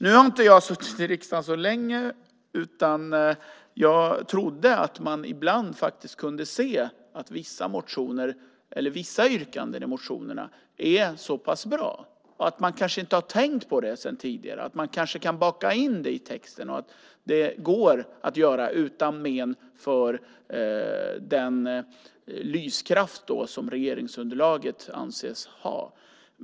Nu har jag inte suttit i riksdagen så länge, men jag trodde att man ibland kunde se att vissa motioner eller vissa yrkanden i motionerna är så pass bra och att man kanske inte tidigare har tänkt på att man kan baka in det i texten och att det går att göra utan men för den lyskraft som regeringsunderlaget anses ha.